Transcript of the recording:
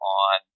on